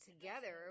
together